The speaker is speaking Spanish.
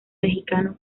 mexicano